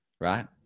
right